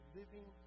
living